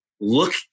look